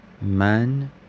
Man